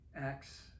Acts